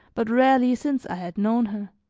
but rarely since i had known her.